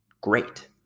great